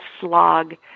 slog